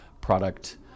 product